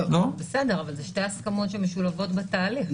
בסדר, אבל אלה שתי הסכמות שמשולבות בתהליך.